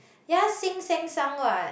ya sink sank sunk what